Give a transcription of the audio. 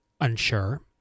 unsure